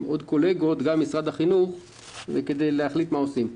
עם משרד החינוך ועם עוד קולגות כדי להחליט מה לעשות.